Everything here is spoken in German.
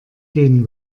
gehen